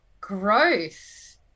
growth